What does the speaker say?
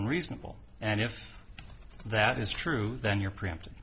and reasonable and if that is true then you're preempt